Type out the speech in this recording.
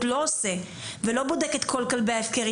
לא עושה ולא בודק את כל כלבי ההפקר,